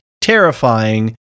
terrifying